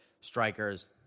strikers